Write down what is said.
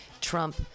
Trump